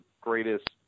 greatest